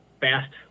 fast